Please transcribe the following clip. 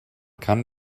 kann